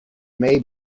may